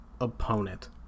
opponent